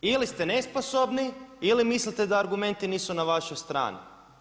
Ili ste nesposobni ili mislite da argumenti nisu na vašoj strani.